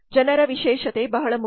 ಜನರ ವಿಶೇಷತೆ ಬಹಳ ಮುಖ್ಯ